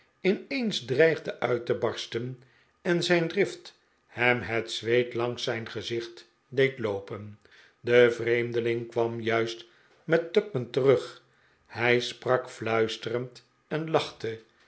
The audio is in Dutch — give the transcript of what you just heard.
in eens dreigde uit te barsten en zijn drift hem het zweet langs zijn gezicht deed loopen de vreemdeling kwam juist met tupman terug hij sprak fluisterend en lachte